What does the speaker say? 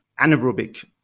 anaerobic